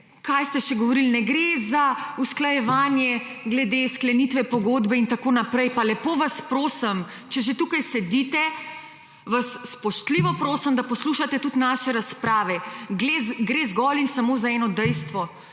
Kaj ste še govorili? Ne gre za usklajevanje glede sklenitve pogodbe in tako naprej pa lepo vas prosim, če že tukaj sedite Vas spoštljivo prosim, da poslušate tudi naše razprave. Gre zgolj in samo za eno dejstvo